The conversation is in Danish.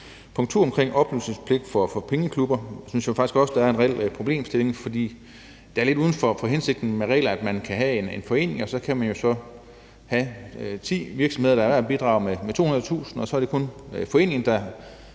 punkt 2 omkring oplysningspligt for pengeklubber synes jeg faktisk også der er en reel problemstilling, for det er lidt uden for hensigten med reglerne, at man kan have en forening, og at man jo så kan have ti virksomheder, der alle bidrager med 200.000 kr., og så er det kun foreningen, der